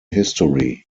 history